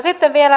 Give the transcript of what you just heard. sitten vielä